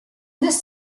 this